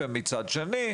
מאידך גיסא,